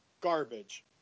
garbage